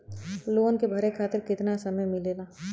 Loan के भरे खातिर कितना समय मिलेला?